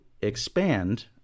expand